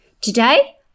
Today